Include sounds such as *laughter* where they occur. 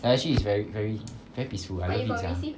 ya actually is very very *noise* very peaceful I love it sia